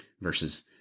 versus